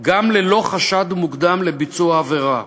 גם ללא חשד מוקדם לביצוע עבירה,